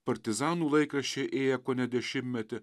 partizanų laikraščiai ėję kone dešimtmetį